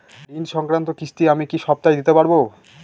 ঋণ সংক্রান্ত কিস্তি আমি কি সপ্তাহে দিতে পারবো?